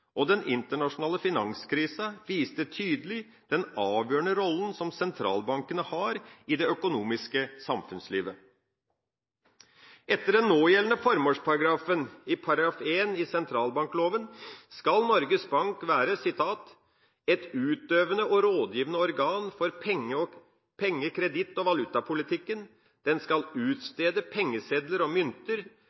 og den internasjonale finanskrisen viste tydelig den avgjørende rollen som sentralbankene har i det økonomiske samfunnslivet. Etter den någjeldende formålsparagrafen, § 1, i sentralbankloven skal Norges Bank: «være et utøvende og rådgivende organ for penge-, kreditt- og valutapolitikken. Den skal utstede pengesedler og mynter,